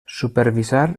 supervisar